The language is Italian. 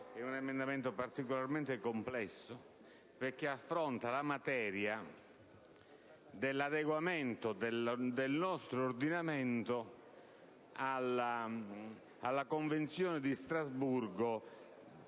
dei Valori, è particolarmente complesso in quanto affronta la materia dell'adeguamento del nostro ordinamento alla Convenzione di Strasburgo